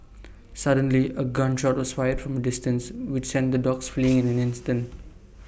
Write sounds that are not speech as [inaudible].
suddenly A gun shot was fired from A distance which sent the dogs [noise] fleeing in an instant